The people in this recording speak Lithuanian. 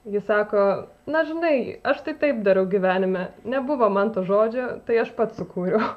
ji sako na žinai aš tai taip darau gyvenime nebuvo man to žodžio tai aš pats sukūriau